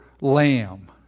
Lamb